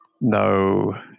no